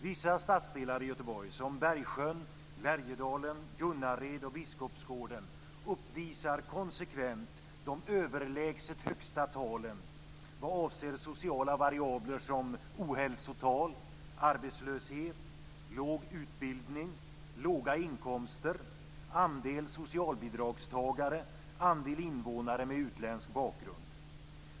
Vissa stadsdelar i Göteborg, som Bergsjön, Lärjedalen, Gunnared och Biskopsgården, uppvisar konsekvent de överlägset högsta talen vad avser sociala variabler som ohälsotal, arbetslöshet, låg utbildning, låga inkomster, andel socialbidragstagare och andel invånare med utländsk bakgrund.